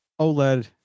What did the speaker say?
OLED